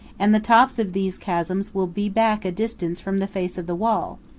and the top of these chasms will be back a distance from the face of the wall,